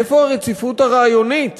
איפה הרציפות הרעיונית